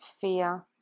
fear